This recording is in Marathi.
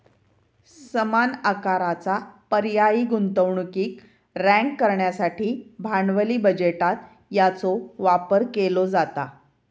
समान आकाराचा पर्यायी गुंतवणुकीक रँक करण्यासाठी भांडवली बजेटात याचो वापर केलो जाता